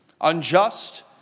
unjust